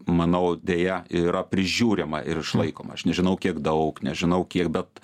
manau deja yra prižiūrima ir išlaikoma aš nežinau kiek daug nežinau kiek bet